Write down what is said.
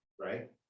right